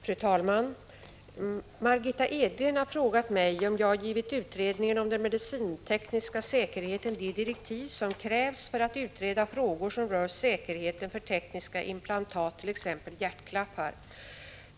Fru talman! Margitta Edgren har frågat mig om jag givit utredningen om den medicintekniska säkerheten de direktiv som krävs för att utreda frågor som rör säkerheten för tekniska implantat, t.ex. hjärtklaffar.